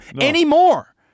anymore